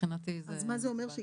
אז מה זה אומר,